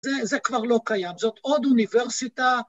זה זה כבר לא קיים, זאת עוד אוניברסיטה.